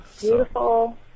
Beautiful